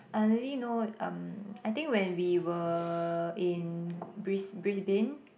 I only know um I think when we were in go~ Brisbane